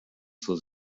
zur